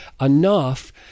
enough